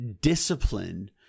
discipline